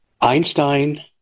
Einstein